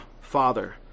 Father